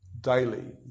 daily